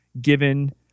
given